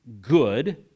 good